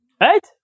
right